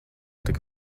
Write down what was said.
tik